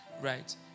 right